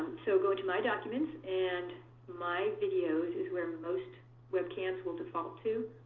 so go into my documents and my videos is where most webcams will default to.